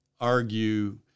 argue